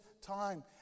time